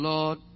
Lord